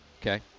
Okay